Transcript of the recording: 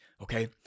okay